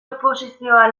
oposizioa